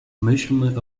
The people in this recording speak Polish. myślmy